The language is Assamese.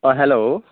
অঁ হেল্ল'